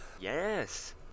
Yes